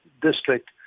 District